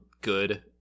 good